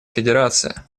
федерация